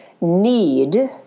need